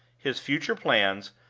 his future plans,